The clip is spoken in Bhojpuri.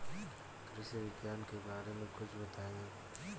कृषि विज्ञान के बारे में कुछ बताई